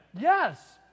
Yes